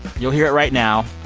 you'll hear it right now.